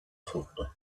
frutto